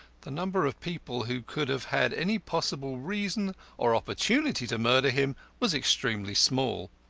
the number of people who could have had any possible reason or opportunity to murder him was extremely small.